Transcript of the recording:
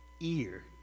ear